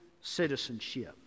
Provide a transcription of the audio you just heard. citizenship